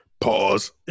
pause